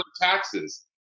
taxes